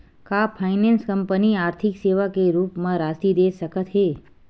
का finance company आर्थिक सेवा के रूप म राशि दे सकत हे?